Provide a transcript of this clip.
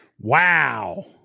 Wow